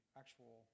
actual